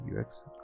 UX